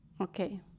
Okay